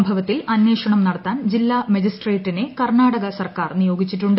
സംഭവത്തിൽ അന്വേഷണം നടത്താൻ ജില്ലാ മജിസ്ട്രേറ്റിനെ കർണാടക സർക്കാർ നിയോഗിച്ചിട്ടുണ്ട്